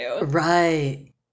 Right